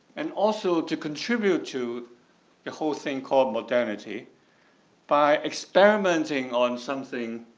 and also to contribute to the whole thing called modernity by experimenting on something,